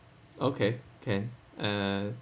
okay can uh